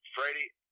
Freddie